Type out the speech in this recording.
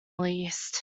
least